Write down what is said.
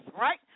right